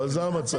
אבל זה המצב.